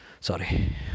Sorry